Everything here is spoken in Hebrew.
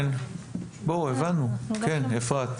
כן, אפרת.